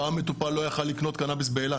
פעם מטופל לא היה יכול לקנות קנאביס באילת,